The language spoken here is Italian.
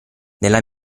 nella